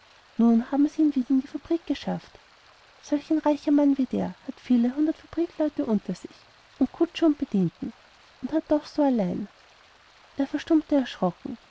nun haben sie ihn wieder in die fabrik geschafft solch ein reicher mann wie der hat viele hundert fabrikleute unter sich und kutscher und bedienten und hat doch so allein er verstummte erschrocken